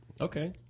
Okay